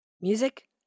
music